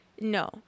no